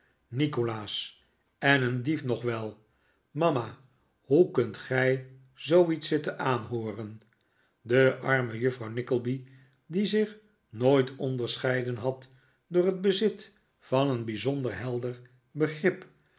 nikolaas en een dief nog wel mama hoe kunt gij zooiets zitten aanhooren de arme juffrouw nickleby die zich nooit onderscheiden had door het bezit van een bijzonder helder be